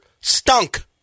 stunk